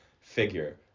figure